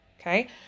Okay